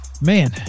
Man